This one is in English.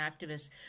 activists